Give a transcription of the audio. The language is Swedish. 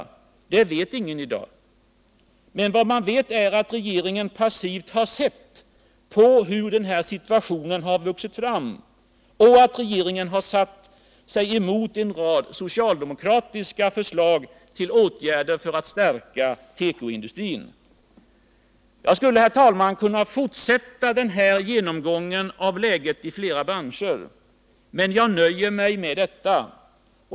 Det vet ingen i dag. Men vad man vet är att regeringen passivt har sett på hur den här situationen har vuxit fram. Och att regeringen har satt sig emot en rad socialdemokratiska förslag till åtgärder för att stärka tekoindustrin. Jag skulle, herr talman, kunna fortsätta den här genomgången av läget i flera branscher. Men jag nöjer mig med detta.